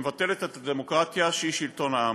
שמבטלת את הדמוקרטיה שהיא שלטון העם.